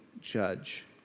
judge